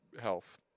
health